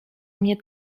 mnie